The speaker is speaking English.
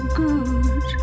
good